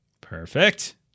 Perfect